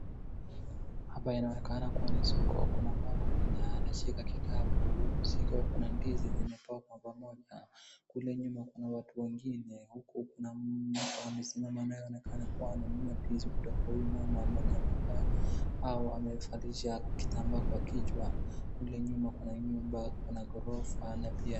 Hapa inaonekana kuwa ni soko, kuna mama mwenye anashika kikapu huku ikiwa kuna ndizi zimepangwa pamoja, kule nyuma kuna watu wengine, huku kuna mtu amesimama anayeonekana kuwa anauma ndizi kutoka kwa huyu mama mwenye amevalisha kitambaa kwa kichwa. Kule nyuma kuna nyumba, kuna ghorofa na pia.